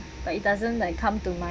but it doesn't like come to my